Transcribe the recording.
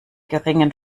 geringen